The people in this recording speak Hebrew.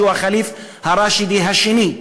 שהוא הח'ליף הרשידי השני: